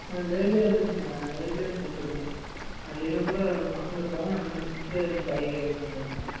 ஆ நேர்லேயே வந்துடுங்கண்ணா நேர்லேயே வந்து கொடுத்துருங்க நான் இல்லைன்னா கூட பசங்க இருப்பாங்க அவங்க கிட்டே கொடுத்துட்டு நீங்கள் காய்கறி வாங்கிட்டு வந்துடுங்கண்ணா